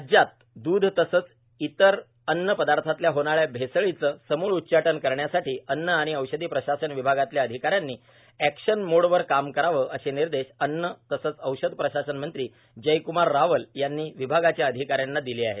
राज्यात दूध तसंच इतर अन्न पदार्थातल्या होणाऱ्या भैसळीचं सम्ळ उच्चाटन करण्यासाठी अन्न आणि औषध प्रशासन विभागातल्या अधिकाऱ्यांनी एक्शन मोडवर काम करावं असे निर्देश अन्न तसंच औषध प्रशासन मंत्री जयक्मार रावल यांनी विभागाच्या अधिकाऱ्यांना दिले आहेत